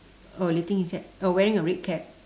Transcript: oh lifting his hand oh wearing a red cap